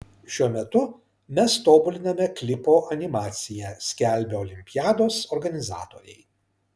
šiuo metu mes tobuliname klipo animaciją skelbia olimpiados organizatoriai